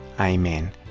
Amen